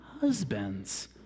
husbands